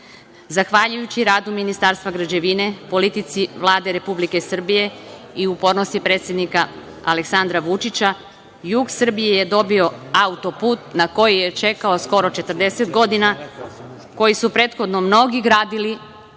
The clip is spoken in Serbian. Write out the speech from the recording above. Zahvaljujući radu Ministarstva građevine, politici Vlade Republike Srbije i upornosti predsednika Aleksandra Vučića, jug Srbije je dobio auto-put na koji je čekao skoro 40 godina, koji su prethodno mnogi gradili,